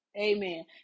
amen